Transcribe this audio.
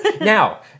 now